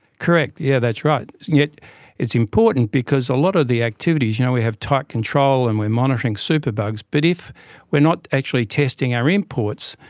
correct. yeah, that's right. yeah it's important because a lot of the activities, you know we have tight control and we're monitoring super bugs, but if we're not actually testing our imports,